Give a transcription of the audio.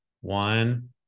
One